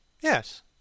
Yes